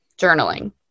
journaling